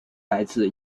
来自